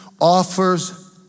offers